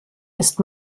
ist